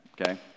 okay